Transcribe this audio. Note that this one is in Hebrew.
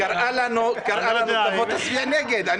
היא קראה לנו להצביע נגד.